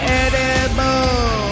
edible